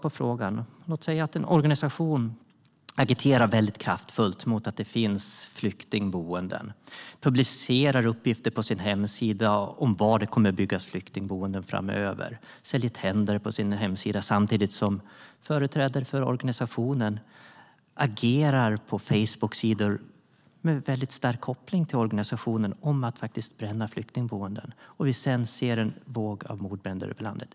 Låt oss säga att en organisation agiterar kraftfullt mot flyktingboenden, publicerar uppgifter på sin hemsida om var det kommer att byggas flyktingboenden medan företrädare för organisationen agerar på Facebooksidor om att bränna flyktingboenden, och att vi sedan ser en våg av mordbränder över landet.